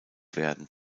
werden